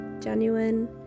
genuine